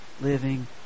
living